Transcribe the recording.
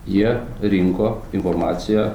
jie rinko informaciją